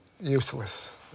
useless